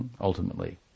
ultimately